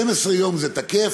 12 יום זה תקף.